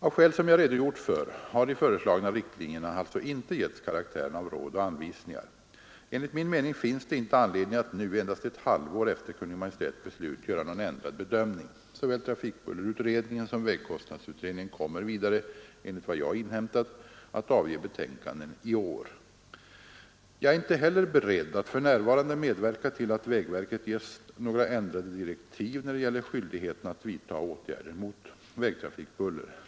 Av skäl som jag redogjort för har de föreslagna riktlinjerna alltså inte getts karaktären av råd och anvisningar. Enligt min mening finns det inte anledning att nu — endast ett halvår efter Kungl. Maj:ts beslut — göra någon ändrad bedömning. Såväl trafikbullerutredningen som vägkostnadsutredningen kommer vidare enligt vad jag inhämtat att avge betänkanden i år. Jag är inte heller beredd att för närvarande medverka till att vägverket ges några ändrade direktiv när det gäller skyldigheten att vidta åtgärder mot vägtrafikbuller.